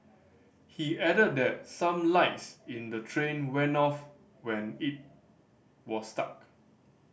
he added that some lights in the train went off when it was stuck